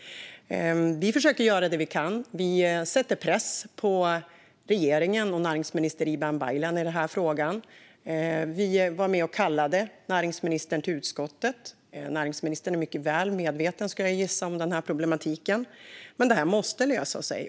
Vi försöker göra det vi kan. Vi sätter press på regeringen och näringsminister Ibrahim Baylan i denna fråga. Vi var med och kallade näringsministern till utskottet. Näringsministern är mycket väl medveten, skulle jag gissa, om denna problematik. Det här måste lösa sig.